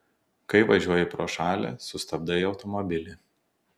kai važiuoji pro šalį sustabdai automobilį